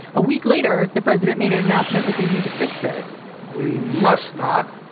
a week later, the president made an announcement like, we need to fix this we must not